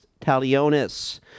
talionis